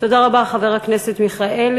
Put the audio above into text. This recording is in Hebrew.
תודה רבה, חבר הכנסת מיכאלי.